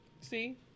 See